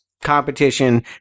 competition